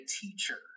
teacher